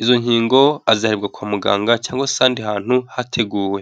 izo nkingo azihererwa kwa muganga cyangwa se ahandi hantu hateguwe.